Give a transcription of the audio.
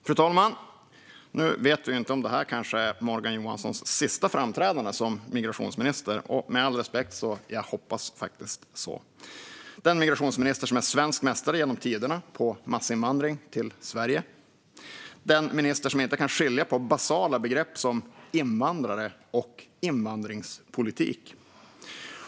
Fru talman! Nu vet vi inte om det här kanske är Morgan Johanssons sista framträdande som migrationsminister. Med all respekt hoppas jag faktiskt det. Det är den migrationsminister som är svensk mästare genom tiderna på massinvandring till Sverige, den minister som inte kan skilja på basala begrepp som invandrare och invandringspolitik.